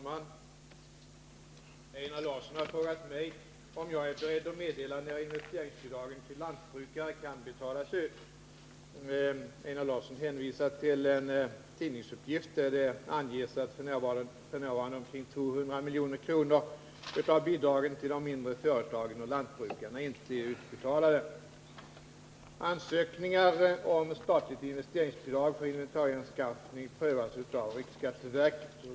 Herr talman! Einar Larsson har frågat mig om jag är beredd att meddela när investeringsbidragen till lantbrukare kan betalas ut. Einar Larsson hänvisar till en tidningsuppgift där det anges att f. n. omkring 200 milj.kr. av bidragen till de mindre företagen och lantbrukarna inte är utbetalade. Ansökningar om statligt investeringsbidrag för inventarieanskaffning prövas av riksskatteverket.